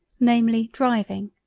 namely, driving,